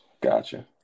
gotcha